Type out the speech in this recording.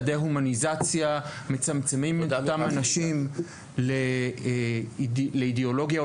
דה-הומניזציה; מצמצמים את אותם אנשים לאידיאולוגיה,